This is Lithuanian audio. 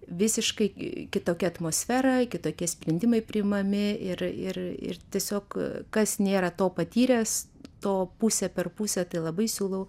visiškai kitokia atmosfera kitokie sprendimai priimami ir ir ir tiesiog kas nėra to patyręs to pusę per pusę tai labai siūlau